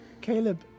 Caleb